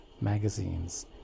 magazines